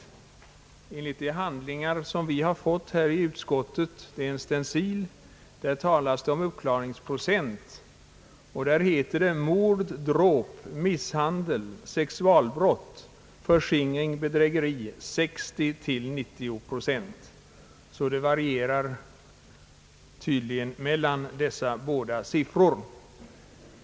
I den stencilerade handling som vi fick i utskoitet heter det, att mord, dråp, misshandel, sexualbrott, förskingring och bedrägeri klaras upp till 60—90 procent. Det varierar tydligen mellan dessa båda siffror.